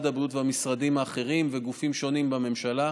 הבריאות והמשרדים האחרים וגופים שונים בממשלה.